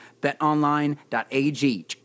BetOnline.ag